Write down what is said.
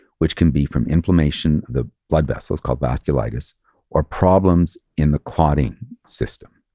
which can be from inflammation, the blood vessels called vasculitis or problems in the clotting system.